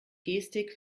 gestik